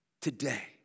Today